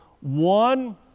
one